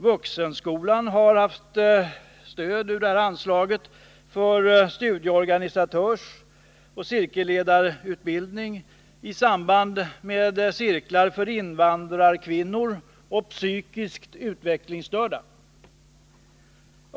Vuxenskolan har haft stöd ur detta anslag för studieorganisatörsoch cirkelledarutbildning i samband med cirklar för invandrarkvinnor och psykiskt utvecklingsstörda.